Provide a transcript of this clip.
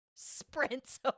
sprints